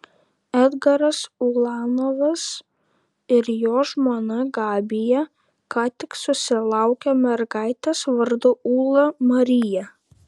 edgaras ulanovas ir jo žmona gabija ką tik susilaukė mergaitės vardu ūla marija